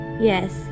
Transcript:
Yes